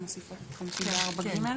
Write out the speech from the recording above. זה 64(ג)?